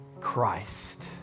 Christ